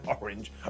Orange